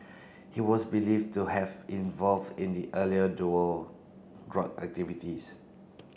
he was believed to have involved in the earlier duo drug activities